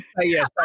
yes